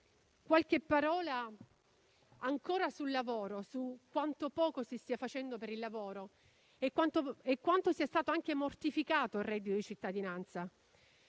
qualche parola sul lavoro, su quanto poco si stia facendo per il lavoro e quanto sia stato anche mortificato il reddito di cittadinanza.